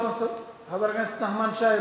חבר הכנסת נחמן שי,